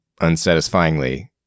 unsatisfyingly